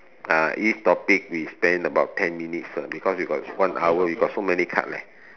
uh each topic we spend about ten minutes uh because we got one hour we got so many card leh